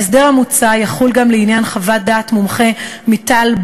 ההסדר המוצע יחול גם לעניין חוות דעת מומחה מטעם